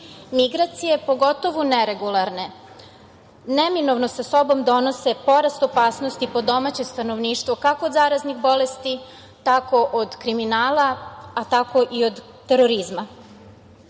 Migracije pogotovo neregularne neminovno sa sobom donose porast opasnosti po domaće stanovništvo kako od zaraznih bolesti, tako od kriminala, tako i od terorizma.